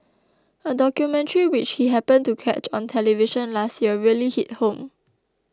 a documentary which he happened to catch on television last year really hit home